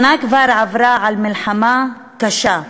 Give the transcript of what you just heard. שנה כבר עברה על מלחמה קשה,